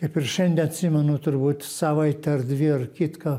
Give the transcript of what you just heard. kaip ir šiandie atsimenu turbūt savaitę ar dvi ar kitką